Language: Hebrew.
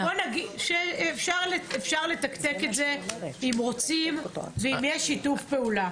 אפשר לתקתק את זה אם רוצים, ואם יש שיתוף פעולה.